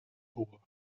voor